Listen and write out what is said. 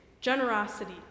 generosity